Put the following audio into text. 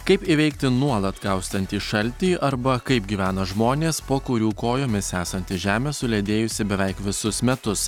kaip įveikti nuolat kaustantį šaltį arba kaip gyvena žmonės po kurių kojomis esanti žemė suledėjusi beveik visus metus